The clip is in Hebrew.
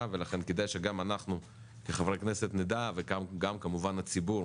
ולכן כדאי שגם אנחנו כחברי כנסת נדע וגם כמובן הציבור